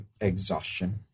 exhaustion